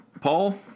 Paul